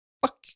Fuck